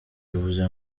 bivuze